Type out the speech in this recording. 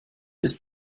bis